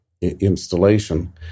installation